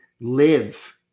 live